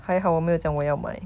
还好我没有讲我要买